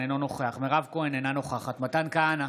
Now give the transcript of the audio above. אינו נוכח מירב כהן, אינה נוכחת מתן כהנא,